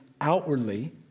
outwardly